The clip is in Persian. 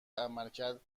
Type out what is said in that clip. عملکرد